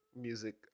music